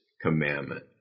commandment